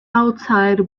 outside